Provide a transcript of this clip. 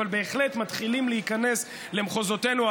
אבל בהחלט מתחילים להיכנס למחוזותינו.